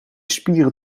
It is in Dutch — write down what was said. spieren